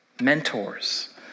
mentors